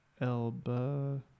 Elba